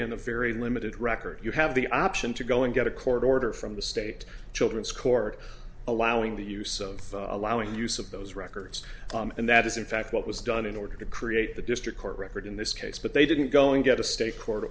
in a very limited record you have the option to go and get a court order from the state children's court allowing the use of allowing the use of those records and that is in fact what was done in order to create the district court record in this case but they didn't going get a state court